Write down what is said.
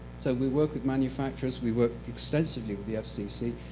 so we work with manufacturers. we work extensively with the fcc.